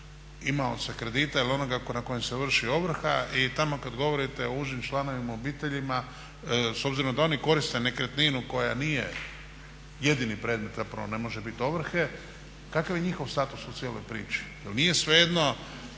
imaoca kredita ili onoga na kojem se vrši ovrha i tamo kad govorite o užim članovima obitelji s obzirom da oni koriste nekretninu koja nije jedini predmet, zapravo ne može biti, ovrhe, kakav je njihov status u cijeloj priči? Jer nije svejedno